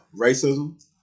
Racism